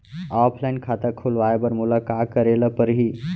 Offline खाता खोलवाय बर मोला का करे ल परही?